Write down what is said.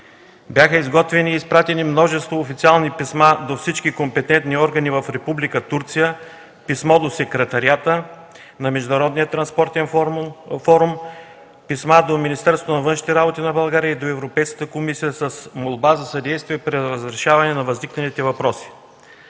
Бяха изготвени и изпратени множество официални писма до всички компетентни органи в Република Турция, писмо до Секретариата на Международния транспортен форум, писма до Министерството на външните работи на България и до Европейската комисия с молба за съдействие при разрешаване на възникналите въпроси.